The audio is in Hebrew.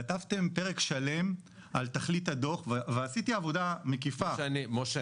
כתבתם פרק שלם על תכלית הדו"ח ועשיתי עבודה מקיפה --- משה.